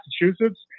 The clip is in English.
Massachusetts